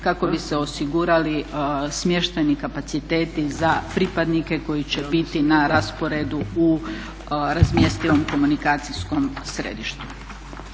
kako bi se osigurali smještajni kapaciteti za pripadnike koji će biti na rasporedu u razmjestivom komunikacijskom središtu.